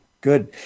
Good